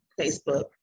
Facebook